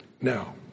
Now